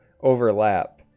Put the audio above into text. overlap